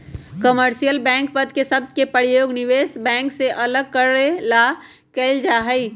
commercial bank पद के शब्द के प्रयोग निवेश बैंक से अलग करे ला कइल जा हई